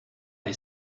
les